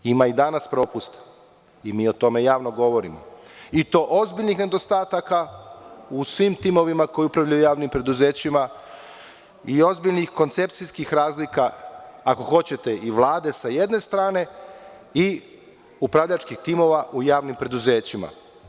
Ima i danas propusta i mi o tome javno govorimo i to ozbiljnih nedostataka u svim timovima koji upravljaju javnim preduzećima i ozbiljnih koncepcijskih razlika, ako hoćete, i Vlade sa jedne strane i upravljačkih timova u javnim preduzećima.